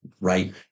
Right